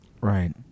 Right